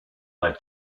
their